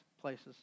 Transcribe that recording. places